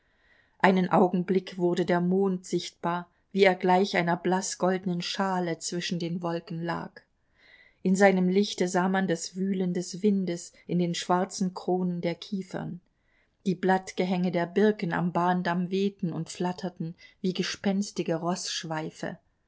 einen augenblick wurde der mond sichtbar wie er gleich einer blaßgoldenen schale zwischen den wolken lag in seinem lichte sah man das wühlen des windes in den schwarzen kronen der kiefern die blattgehänge der birken am bahndamm wehten und flatterten wie gespenstige